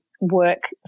work